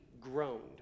groaned